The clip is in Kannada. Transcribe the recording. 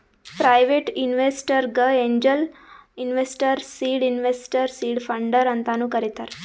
ಪ್ರೈವೇಟ್ ಇನ್ವೆಸ್ಟರ್ಗ angel investor, seed investor, seed funder ಅಂತಾನು ಕರಿತಾರ್